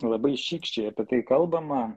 labai šykščiai apie tai kalbama